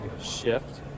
shift